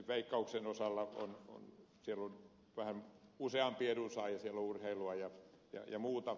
veikkauksen osalta on vähän useampi edunsaaja siellä on urheilua ja muuta